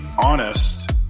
honest